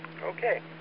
Okay